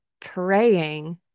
praying